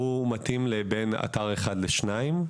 הוא מתאים לאתר אחד או שניים.